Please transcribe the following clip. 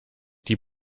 die